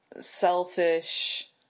selfish